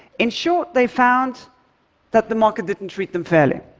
in short, they found that the market didn't treat them fairly.